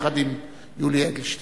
יחד עם יולי אדלשטיין,